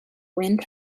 wind